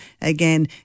again